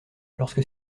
lorsque